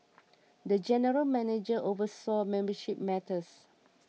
the general manager oversaw membership matters